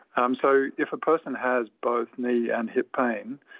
um so if a person has both knee and hip pain,